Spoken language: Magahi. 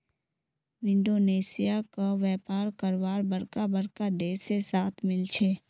इंडोनेशिया क व्यापार करवार बरका बरका देश से साथ मिल छे